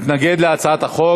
מתנגד להצעת החוק